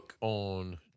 on